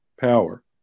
power